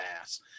ass